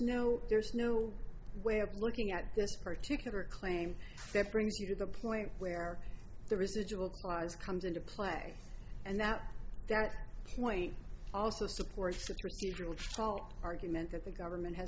no there's no way of looking at this particular claim that brings you to the point where the residual cause comes into play and that that point also supports argument that the government has